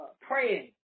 praying